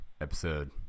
episode